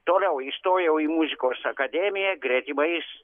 toliau įstojau į muzikos akademiją gretimais